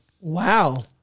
Wow